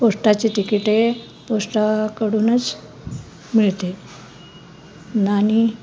पोस्टाची तिकीट पोस्टाकडूनच मिळते नाणी